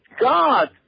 God